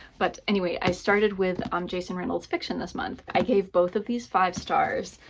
but anyway, i started with um jason reynolds's fiction this month. i gave both of these five stars.